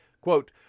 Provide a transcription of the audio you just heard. Quote